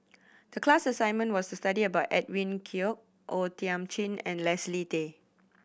the class assignment was to study about Edwin Koek O Thiam Chin and Leslie Tay